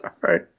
Right